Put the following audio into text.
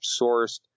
sourced